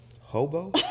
Hobo